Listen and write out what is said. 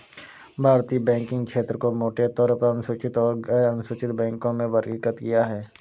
भारतीय बैंकिंग क्षेत्र को मोटे तौर पर अनुसूचित और गैरअनुसूचित बैंकों में वर्गीकृत किया है